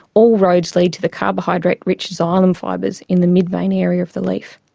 all roads lead to the carbohydrate-rich xylem fibres in the mid-vein area of the leaf.